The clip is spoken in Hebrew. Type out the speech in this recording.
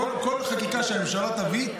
כל חקיקה שהממשלה תביא,